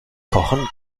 kochen